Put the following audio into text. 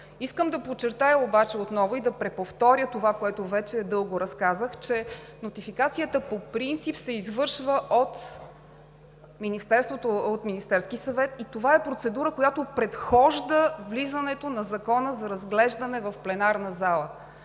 Искам да подчертая обаче отново и да преповторя това, което вече дълго разказах, че нотификацията по принцип се извършва от Министерския съвет и това е процедура, която предхожда влизането на Закона за разглеждане в пленарна зала.